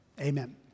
Amen